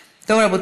כבר.